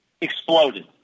exploded